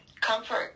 comfort